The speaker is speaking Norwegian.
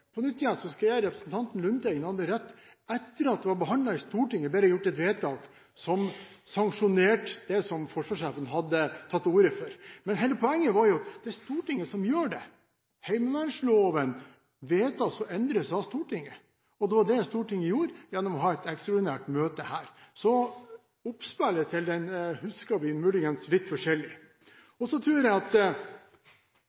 På nytt skal jeg gi representanten Lundteigen rett: Etter at dette var behandlet i Stortinget, ble det gjort et vedtak der man sanksjonerte det som forsvarssjefen hadde tatt til orde for. Men hele poenget var jo at det var Stortinget som gjorde det. Heimevernsloven vedtas og endres av Stortinget. Det var det Stortinget gjorde, gjennom å ha et ekstraordinært møte her. Når det gjelder oppspillet til dette, husker vi muligens litt forskjellig.